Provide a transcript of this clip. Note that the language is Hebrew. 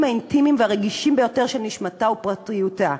האינטימיים והרגישים ביותר של נשמתה ופרטיותה.